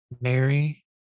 Mary